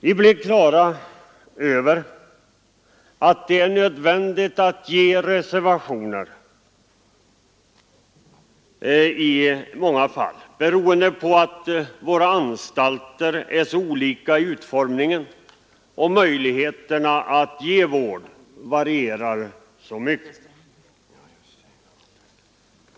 Vi blev på det klara med att det i många fall var nödvändigt att göra reservationer, beroende på att våra anstalter är så olika till utformningen och möjligheterna att ge vård varierar så mycket.